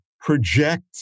project